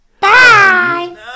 Bye